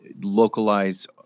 localize